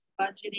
budgeting